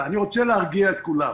אני רוצה להרגיע את כולם.